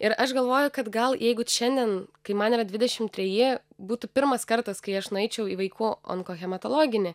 ir aš galvoju kad gal jeigu šiandien kai man yra dvidešimt treji būtų pirmas kartas kai aš nueičiau į vaikų onkohematologinį